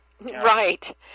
Right